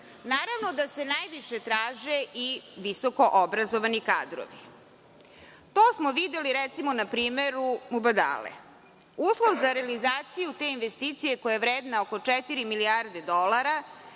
da se najviše traže i visokoobrazovani kadrovi. To smo videli, recimo, na primeru „Mubadala“. Uslov za realizaciju te investicije koja je vredna oko četiri milijarde dolara,